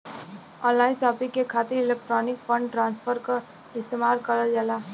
online shopping के खातिर electronic fund transfer क इस्तेमाल करल जाला